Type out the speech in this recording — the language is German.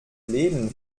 leben